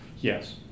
Yes